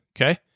okay